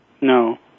No